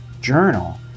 Journal